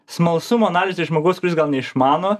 smalsumo analizė žmogaus kuris gal neišmano